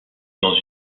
dans